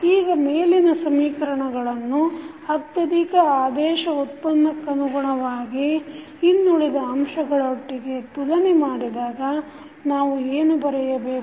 ಈಗ ಮೇಲಿನ ಸಮೀಕರಣಗಳನ್ನು ಅತ್ಯಧಿಕ ಆದೇಶ ಉತ್ಪನ್ನಕ್ಕನುಗುಣವಾಗಿ ಇನಗನುಳಿದ ಅಂಶಗಳೊಟ್ಟಿಗೆ ತುಲನೆ ಮಾಡಿದಾಗ ನಾವು ಏನು ಬರೆಯಬೇಕು